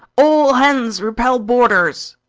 all hands repel boarders!